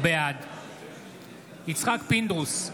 בעד יצחק פינדרוס,